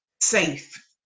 safe